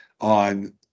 on